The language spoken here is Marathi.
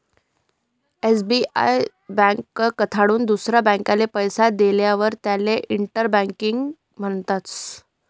एस.बी.आय ब्यांककडथून दुसरा ब्यांकले पैसा देयेलवर त्याले इंटर बँकिंग म्हणतस